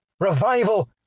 revival